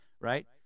right